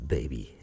Baby